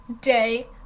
day